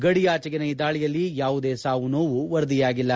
ಗಡಿಯಾಚೆಗಿನ ಈ ದಾಳಿಯಲ್ಲಿ ಯಾವುದೇ ಸಾವು ನೋವು ವರದಿಯಾಗಿಲ್ಲ